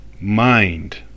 mind